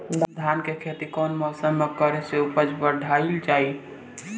धान के खेती कौन मौसम में करे से उपज बढ़ाईल जाई?